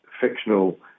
fictional